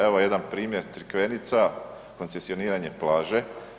Evo jedan primjer, Crikvenica koncesioniranje plaže.